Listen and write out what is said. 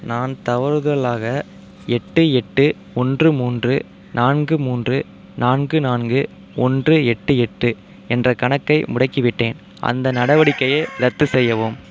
நான் தவறுதலாக எட்டு எட்டு ஒன்று மூன்று நான்கு மூன்று நான்கு நான்கு ஒன்று எட்டு எட்டு என்ற கணக்கை முடக்கிவிட்டேன் அந்த நடவடிக்கையை ரத்து செய்யவும்